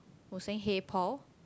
who saying hey Paul